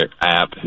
app